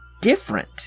different